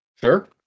Sure